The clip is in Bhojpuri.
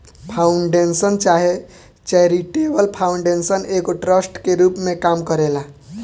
फाउंडेशन चाहे चैरिटेबल फाउंडेशन एगो ट्रस्ट के रूप में काम करेला